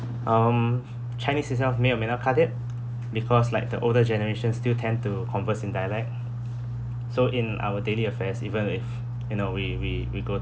um chinese itself may or may not cut it because like the older generation still tend to converse in dialect so in our daily affairs even if you know we we we go